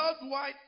worldwide